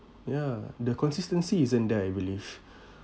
ya the consistency isn't there I believe